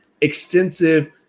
extensive